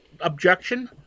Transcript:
objection